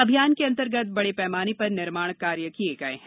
अभियान के अंतर्गत बडे पैमाने पर निर्माण कार्य किये गये हैं